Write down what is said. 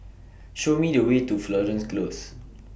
Show Me The Way to Florence Close